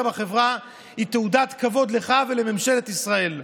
בחברה היא תעודת כבוד לך ולממשלת ישראל.